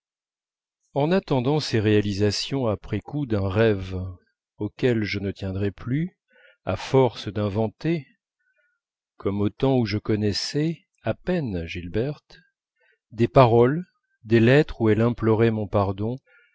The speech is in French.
en attendant ces réalisations après coup d'un rêve auquel je ne tiendrais plus à force d'inventer comme au temps où je connaissais à peine gilberte des paroles des lettres où elle implorait mon pardon